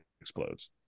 explodes